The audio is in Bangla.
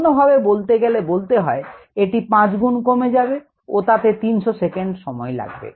অন্যভাবে বলতে গেলে বলতে হয় এটি 5 গুণ কমে যাবে ও তাতে 300 সেকেন্ড লাগবে